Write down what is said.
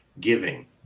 giving